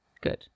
Good